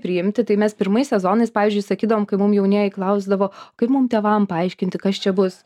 priimti tai mes pirmais sezonais pavyzdžiui sakydavom kai mum jaunieji klausdavo kaip mum tėvam paaiškinti kas čia bus